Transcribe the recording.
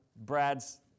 Brad's